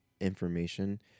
information